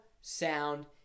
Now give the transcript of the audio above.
sound